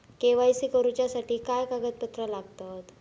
KYC करूच्यासाठी काय कागदपत्रा लागतत?